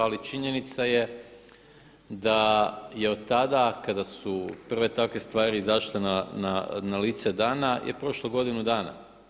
Ali činjenica je da je od tada kada su prve takve stvari izašle na lice dana je prošlo godinu dana.